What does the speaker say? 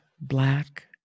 black